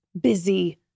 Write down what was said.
busy